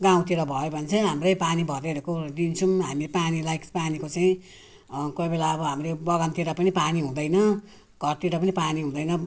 गाउँतिर भयो भने चाहिँ हाम्रै पानी भरेको दिन्छौँ हामी पानी लाइक्स पानीको चाहिँ कोही बेला अब हाम्रै बगानतिर पनि पानी हुँदैन घरतिर पनि पानी हुँदैन